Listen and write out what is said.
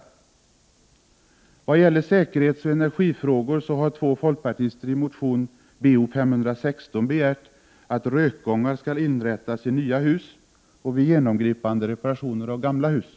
När det gäller säkerhetsoch energifrågor har två folkpartister i motion Bo516 begärt att rökgångar skall inrättas i nya hus och vid genomgripande reparationer av gamla hus.